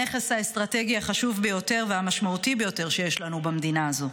הנכס האסטרטגי החשוב ביותר והמשמעותי ביותר שיש לנו במדינה הזו: